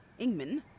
Ingman